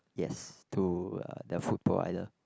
yes to the food provider